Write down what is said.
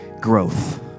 growth